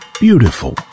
Beautiful